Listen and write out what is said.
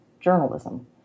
journalism